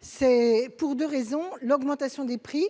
c'est pour 2 raisons : l'augmentation des prix,